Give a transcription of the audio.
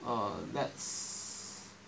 err that's